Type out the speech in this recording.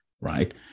right